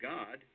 God